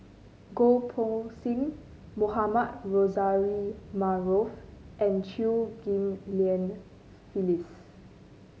Goh Poh Seng Mohamed Rozani Maarof and Chew Ghim Lian Phyllis